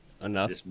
enough